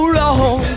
long